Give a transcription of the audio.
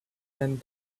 and